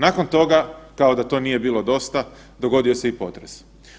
Nakon toga, kao da to nije bilo dosta, dogodio se i potres.